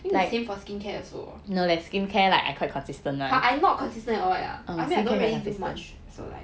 think the same skin care also !huh! I'm not consistent at all ya I mean I don't really do much so like